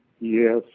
Yes